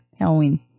Halloween